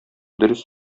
дөрес